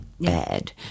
bad